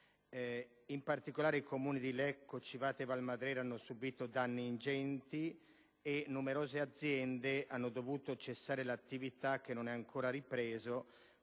In particolare, i Comuni di Lecco, Civate e Valmadrera hanno subito danni ingenti e numerose aziende hanno dovuto cessare l'attività, che non è ancora ripresa